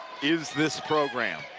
is this program